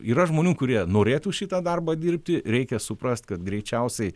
yra žmonių kurie norėtų šitą darbą dirbti reikia suprast kad greičiausiai